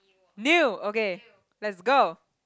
new okay let's go